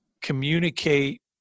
communicate